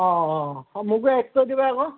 অঁ অঁ মোকো দিবা আকৌ